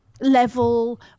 level